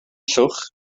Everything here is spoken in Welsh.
llwch